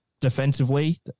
Defensively